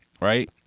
right